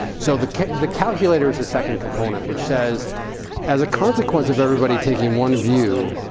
so the the calculator is the second component, which says as a consequence of everybody taking one view,